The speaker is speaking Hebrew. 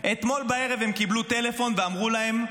הם קיבלו טלפון ואמרו להם: